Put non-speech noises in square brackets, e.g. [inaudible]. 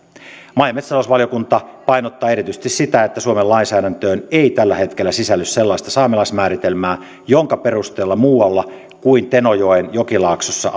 maa ja metsätalousvaliokunta painottaa erityisesti sitä että suomen lainsäädäntöön ei tällä hetkellä sisälly sellaista saamelaismääritelmää jonka perusteella muualla kuin tenojoen jokilaaksossa [unintelligible]